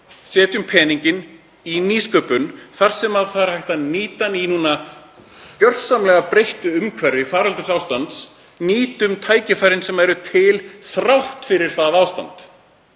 Setjum peninginn í nýsköpun þar sem hægt er að nýta hann í gjörsamlega breyttu umhverfi faraldursástands. Nýtum tækifærin sem eru til þrátt fyrir ástandið.